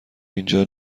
اینجا